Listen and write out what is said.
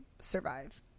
survive